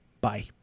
Bye